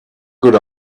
good